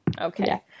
Okay